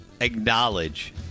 acknowledge